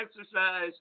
exercise